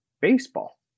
baseball